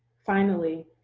finally,